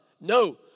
no